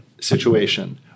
situation